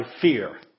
fear